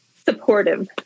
supportive